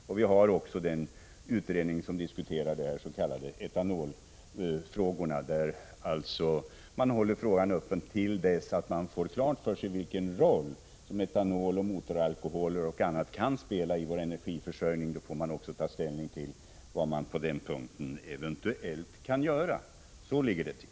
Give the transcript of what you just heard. Dessutom har vi den utredning som diskuterar de s.k. etanolfrågorna, där man håller frågan öppen till dess att man får klart för sig vilken roll etanol, motoralkohol och annat kan spela i vår energiförsörjning. Sedan får vi ta ställning till vad som eventuellt kan göras även på den punkten. Så ligger det till.